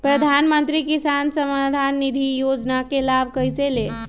प्रधानमंत्री किसान समान निधि योजना का लाभ कैसे ले?